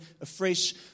afresh